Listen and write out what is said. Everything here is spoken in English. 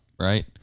right